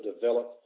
develop